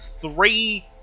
three